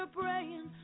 Praying